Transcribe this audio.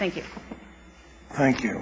thank you thank you